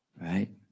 Right